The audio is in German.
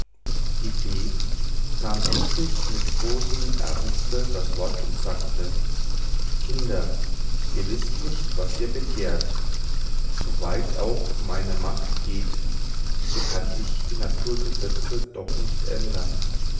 die fee nahm endlich mit großem ernste das wort und sagte kinder ihr wißt nicht was ihr begehrt so weit auch meine macht geht so kann ich die naturgesetze doch nicht ändern